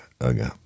Okay